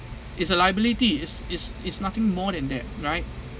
it's a liability is is is nothing more than that right